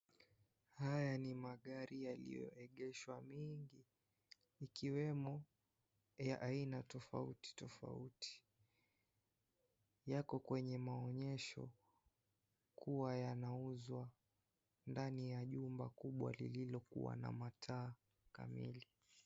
Haya ni magari yaliyoegeshwa mingi ikiwemo aina tofauti tofauti, yako kwenye maonyesho kuwa yanauzwa ndani ya jumba kubwa lililokua na mataa kamili.